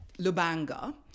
Lubanga